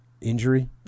injury